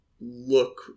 look